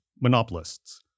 monopolists